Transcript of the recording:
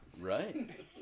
right